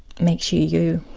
makes you you. you